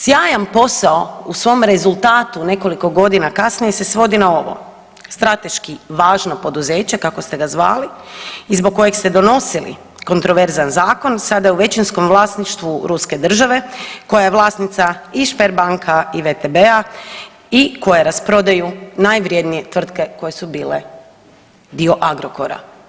Sjajan posao u svom rezultatu nekoliko godina kasnije se svodi na ovo: strateški važno poduzeće kako ste ga zvali i zbog kojeg ste donosili kontraverzan zakon sada je u većinskom vlasništvu Ruske države koja je vlasnica i Spar banka i WTB-a i koje rasprodaju najvrednije tvrtke koje su bile dio Agrokora.